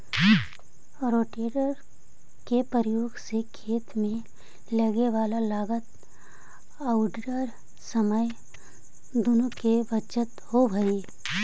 rotator के प्रयोग से खेत में लगे वाला लागत औउर समय दुनो के बचत होवऽ हई